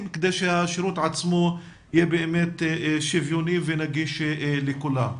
כדי שהשירות עצמו יהיה באמת שוויוני ונגיש לכולם.